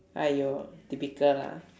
!aiyo! typical lah